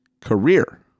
career